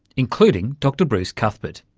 including dr bruce cuthbert.